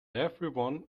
everyone